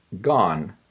gone